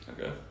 Okay